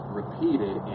repeated